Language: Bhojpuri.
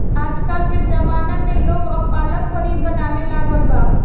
आजकल के ज़माना में लोग अब पालक पनीर बनावे लागल बा